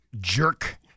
jerk